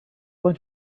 bunch